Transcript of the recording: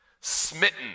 smitten